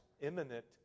imminent